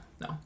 no